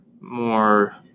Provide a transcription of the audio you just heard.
more